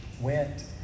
went